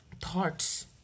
thoughts